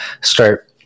start